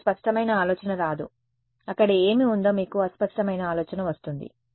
మీకు స్పష్టమైన ఆలోచన రాదు అక్కడ ఏమి ఉందో మీకు అస్పష్టమైన ఆలోచన వస్తుంది